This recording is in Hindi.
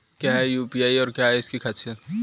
क्या है यू.पी.आई और क्या है इसकी खासियत?